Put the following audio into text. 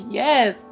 yes